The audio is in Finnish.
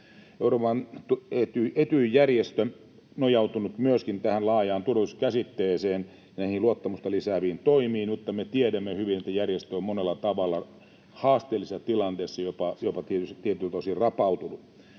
Etyj-järjestö on nojautunut myöskin tähän laajaan turvallisuuskäsitteeseen ja näihin luottamusta lisääviin toimiin, mutta me tiedämme hyvin, että järjestö on monella tavalla haasteellisessa tilanteessa, jopa tietyiltä osin rapautunut.